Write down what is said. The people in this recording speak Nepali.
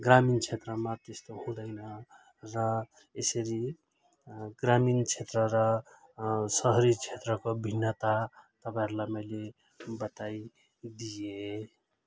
ग्रामीण क्षेत्रमा त्यस्तो हुँदैन र यसरी ग्रामीण क्षेत्र र सहरी क्षेत्रको भिन्नता तपाईँहरूलाई मैले बताइदिएँ